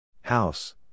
House